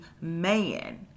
man